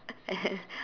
and